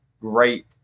great